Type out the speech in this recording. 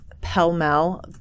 pell-mell